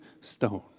stone